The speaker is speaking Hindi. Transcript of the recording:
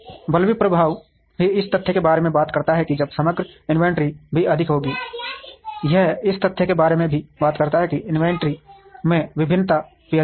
बुल्विप प्रभाव भी इस तथ्य के बारे में बात करता है कि जबकि समग्र इन्वेंट्री भी अधिक होगी यह इस तथ्य के बारे में भी बात करता है कि इन्वेंट्री में भिन्नता भी अधिक होगी